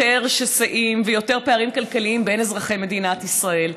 יותר שסעים ויותר פערים כלכליים בין אזרחי מדינת ישראל.